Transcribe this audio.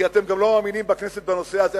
כי אתם גם לא מאמינים בכנסת בנושא הזה.